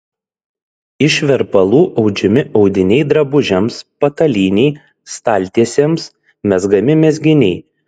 iš verpalų audžiami audiniai drabužiams patalynei staltiesėms mezgami mezginiai